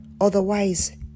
Otherwise